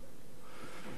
שנתיים אחרי זה,